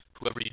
whoever